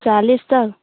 चालीस तक